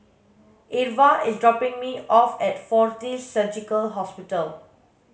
Irva is dropping me off at Fortis Surgical Hospital